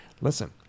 listen